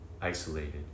isolated